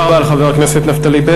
תערֹך לפני שלחן נגד צֹררי,